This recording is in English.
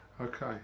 Okay